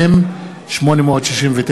מ/869.